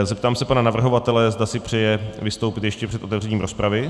Zeptám se pana navrhovatele, zda si přeje vystoupit ještě před otevřením rozpravy.